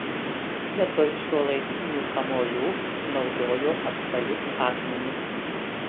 vietoj šiuolaikinių kamuolių naudojo apvalius akmenis